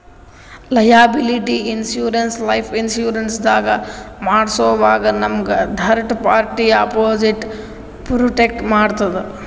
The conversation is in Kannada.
ಲಯಾಬಿಲಿಟಿ ಇನ್ಶೂರೆನ್ಸ್ ಲೈಫ್ ಇನ್ಶೂರೆನ್ಸ್ ದಾಗ್ ಮಾಡ್ಸೋವಾಗ್ ನಮ್ಗ್ ಥರ್ಡ್ ಪಾರ್ಟಿ ಅಪೊಸಿಟ್ ಪ್ರೊಟೆಕ್ಟ್ ಮಾಡ್ತದ್